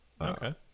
Okay